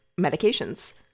medications